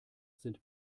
sind